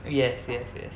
yes yes yes